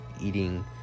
eating